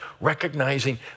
recognizing